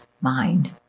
mind